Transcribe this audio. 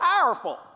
powerful